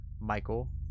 Michael